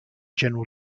general